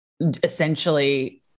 essentially